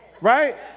right